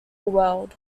world